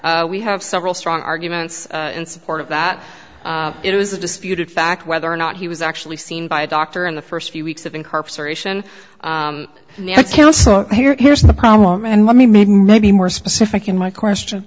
honor we have several strong arguments in support of that it was a disputed fact whether or not he was actually seen by a doctor in the first few weeks of incarceration here here's the problem and let me make maybe more specific in my question